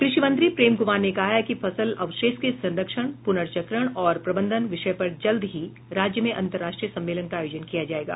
कृषि मंत्री प्रेम कुमार ने कहा है कि फसल अवशेष के संरक्षण पुर्नचक्रण और प्रबंधन विषय पर जल्द ही राज्य में अंतर्राष्ट्रीय सम्मेलन का आयोजन किया जाएगा